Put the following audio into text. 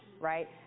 right